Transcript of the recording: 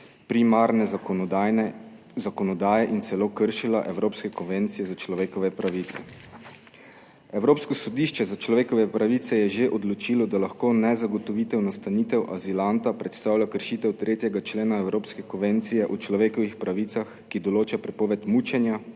zakonodaje in celo kršila evropske konvencije za človekove pravice. Evropsko sodišče za človekove pravice je že odločilo, da lahko nezagotovitev nastanitev azilanta predstavlja kršitev 3. člena Evropske konvencije o človekovih pravicah, ki določa prepoved mučenja